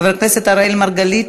חבר הכנסת אראל מרגלית,